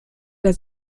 der